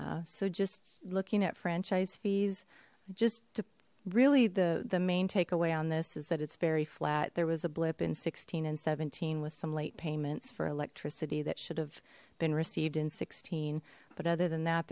well so just looking at franchise fees just to really the main takeaway on this is that it's very flat there was a blip in sixteen and seventeen with some late payments for electricity that should have been received in sixteen but other than that